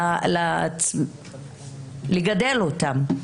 לגדל אותם.